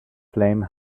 flame